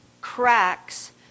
cracks